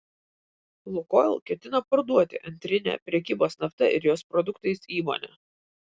lukoil ketina parduoti antrinę prekybos nafta ir jos produktais įmonę